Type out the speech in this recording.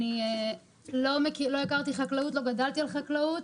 לא הכרתי חקלאות, לא גדלתי על חקלאות.